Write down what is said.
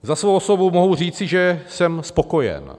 Za svou osobu mohu říci, že jsem spokojen.